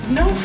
no